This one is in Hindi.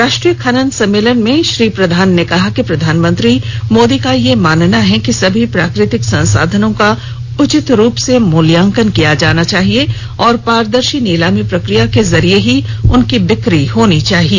राष्ट्रीय खनन सम्मेलन में बोलते हए श्री प्रधान ने कहा कि प्रधानमंत्री नरेन्द्र मोदी का यह मानना है कि सभी प्राकृतिक संसाधनों का उचित रूप से मूल्यांमकन किया जाना चाहिए और पारदर्शी नीलामी प्रक्रिया के जरिये ही उनकी बिक्री होनी चाहिए